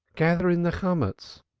gathering the chomutz.